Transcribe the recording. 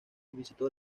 visitó